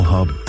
Hub